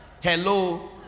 Hello